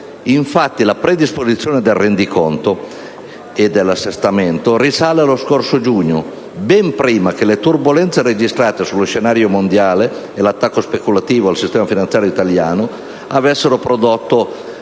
Infatti, la predisposizione di rendiconto e assestamento risale allo scorso giugno, ben prima che le turbolenze registrate sullo scenario mondiale e l'attacco speculativo al sistema finanziario italiano, avessero prodotto